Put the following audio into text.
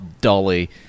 Dolly